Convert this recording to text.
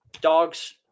Dogs